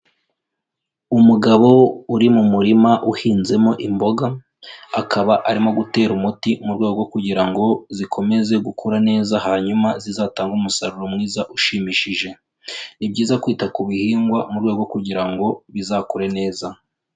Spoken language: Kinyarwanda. Umugabo uri mu murima uhinzemo imboga, akaba arimo gutera umuti mu rwego rwo kugira ngo zikomeze gukura neza hanyuma zizatange umusaruro mwiza ushimishije, ni byiza kwita ku bihingwa mu rwego rwo kugira ngo bizakure neza.